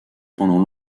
pendant